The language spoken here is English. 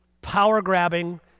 power-grabbing